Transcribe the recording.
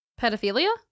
pedophilia